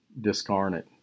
Discarnate